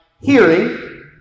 Hearing